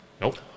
Nope